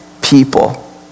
people